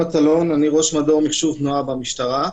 ראש מדור מחשוב תנועה במשטרה.